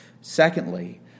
Secondly